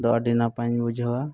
ᱫᱚ ᱟᱹᱰᱤ ᱱᱟᱯᱟᱭ ᱤᱧ ᱵᱩᱡᱷᱟᱹᱣᱟ